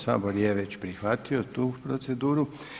Sabor je već prihvatio tu proceduru.